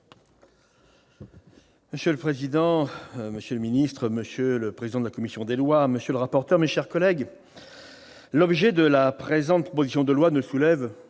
Monsieur le président, monsieur le secrétaire d'État, monsieur le président de la commission des lois, monsieur le rapporteur, mes chers collègues, l'objet de la présente proposition de loi ne soulève